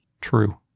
True